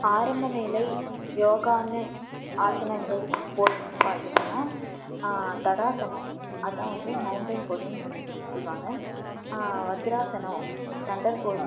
ஆரம்ப நிலை யோகான்னு ஆசனங்கள் போஸ் பார்த்திங்கன்னா தடாசானம் அதான் வந்து மௌன்டைன் போஸுனு சொல்வாங்க வஜ்ராசானம் தண்டர் போஸ்